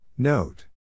Note